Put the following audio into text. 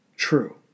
True